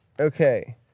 Okay